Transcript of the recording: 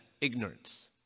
ignorance